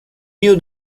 dio